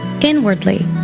inwardly